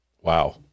Wow